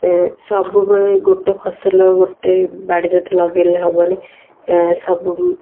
ଇ ସବୁବେଳେ ଗୋଟେ ଫସଲ ଗୋଟେ ବାଡ଼ିରେ ତ ଲଗେଇଲେ ହବନି ଏ ସବୁ